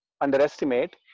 underestimate